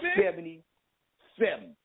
Seventy-seven